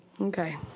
Okay